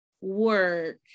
work